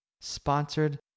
sponsored